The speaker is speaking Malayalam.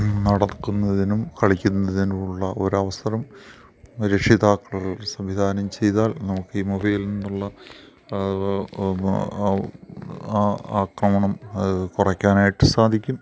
നടക്കുന്നതിനും കളിക്കുന്നതിനുമുള്ള ഒരു അവസരം രക്ഷിതാക്കൾ ഒരു സംവിധാനം ചെയ്താൽ നമുക്ക് ഈ മുറിയിൽ നിന്നുള്ള ആക്രമണം കുറക്കാനായിട്ട് സാധിക്കും